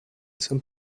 some